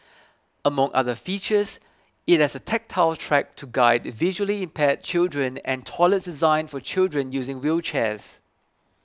among other features it has a tactile track to guide visually impaired children and toilets designed for children using wheelchairs